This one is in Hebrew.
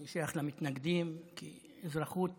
אני שייך למתנגדים כי אזרחות